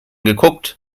geguckt